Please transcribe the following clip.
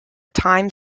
time